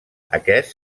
aquest